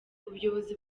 ubuyobozi